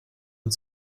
und